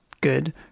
good